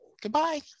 Goodbye